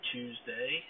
Tuesday